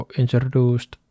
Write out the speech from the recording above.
introduced